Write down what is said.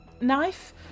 Knife